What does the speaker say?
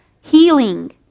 healing